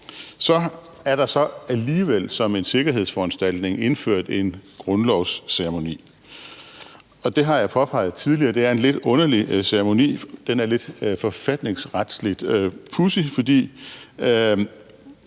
Så er der alligevel som en sikkerhedsforanstaltning indført en grundlovsceremoni, og jeg har påpeget tidligere, at det er en lidt underlig ceremoni. Den er lidt forfatningsretsligt pudsig, fordi